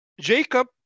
Jacob